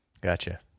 Gotcha